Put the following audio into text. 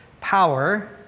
power